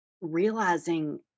realizing